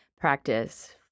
Practice